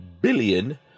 billion